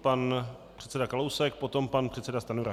Pan předseda Kalousek, potom pan předseda Stanjura.